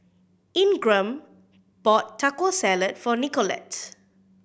Ingram bought Taco Salad for Nicolette